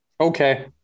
Okay